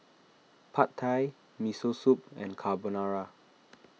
Pad Thai Miso Soup and Carbonara